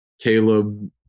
Caleb